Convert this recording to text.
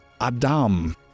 Adam